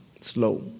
slow